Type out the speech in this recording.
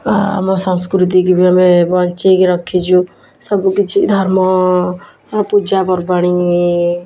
ଆମ ସଂସ୍କୃତି କି ବି ଆମେ ବଞ୍ଚେଇକି ରଖିଛୁ ସବୁ କିଛି ଧର୍ମ ପୂଜା ପର୍ବାଣୀ